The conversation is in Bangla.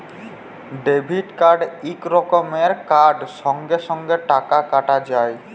ডেবিট কার্ড ইক রকমের কার্ড সঙ্গে সঙ্গে টাকা কাটা যায়